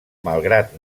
malgrat